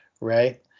right